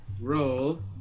roll